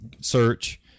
search